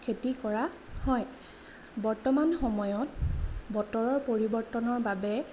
খেতি কৰা হয় বৰ্তমান সময়ত বতৰৰ পৰিৱৰ্তনৰ বাবে